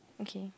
okay